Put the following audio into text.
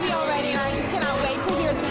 already and i just cannot wait to hear